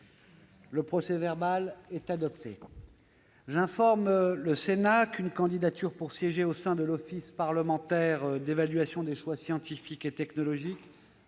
Le procès-verbal est adopté. J'informe le Sénat qu'une candidature pour siéger au sein de l'Office parlementaire d'évaluation des choix scientifiques et technologiques